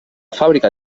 fàbrica